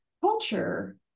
culture